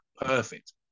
perfect